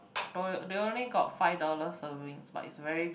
they only got five dollar servings but is very